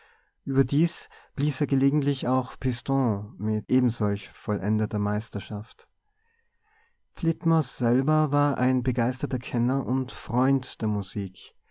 überdies blies er gelegentlich auch piston mit ebensolch vollendeter meisterschaft flitmore selber war ein begeisterter kenner und freund der musik